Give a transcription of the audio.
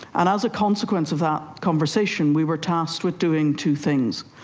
and as a consequence of that conversation we were tasked with doing two things.